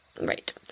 Right